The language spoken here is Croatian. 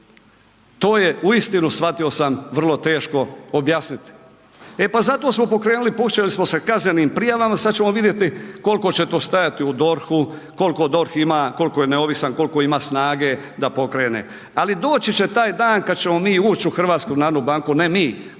To je uistinu shvatio sam vrlo teško objasniti. E pa zato smo pokrenuli …/nerazumljivo/… se kaznenim prijavama sad ćemo vidjeti koliko će to stajati u DORH-u, koliko DORH ima, koliko je neovisan, koliko ima snage da pokrene. Ali doći će taj dan kad ćemo mi ući u HNB, ne mi,